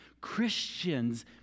Christians